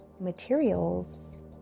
materials